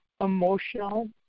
emotional